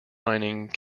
mining